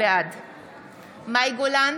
בעד מאי גולן,